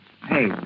Hey